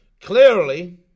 Clearly